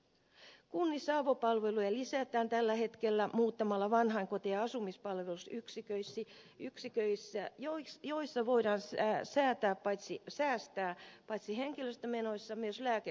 kunnissa avopalveluja lisätään tällä hetkellä muuttamalla vanhainkoteja asumispalveluyksiköiksi joissa voidaan säästää paitsi henkilöstömenoissa myös lääkekuluissa